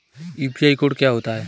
UPI code क्या होता है?